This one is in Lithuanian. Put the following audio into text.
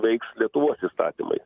veiks lietuvos įstatymai